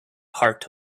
heart